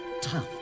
tough